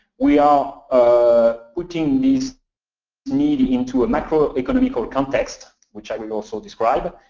we are ah putting these needs into a macro-economical context, which i will also describe,